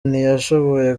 ntiyashoboye